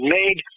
made